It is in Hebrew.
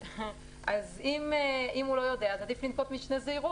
כלומר, אין חשש שהזהות --- יש חשש.